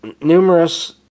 numerous